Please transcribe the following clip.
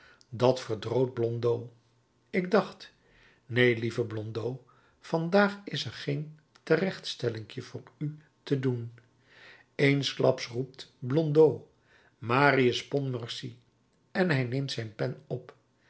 dat verdroot blondeau ik dacht neen lieve blondeau vandaag is er geen terechtstellinkje voor u te doen eensklaps roept blondeau marius pontmercy en hij neemt zijn pen op